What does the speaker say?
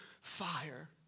fire